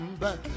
back